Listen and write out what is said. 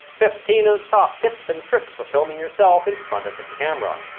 fifteen of the top tips and tricks for filming yourself in front of the camera.